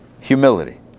humility